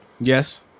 yes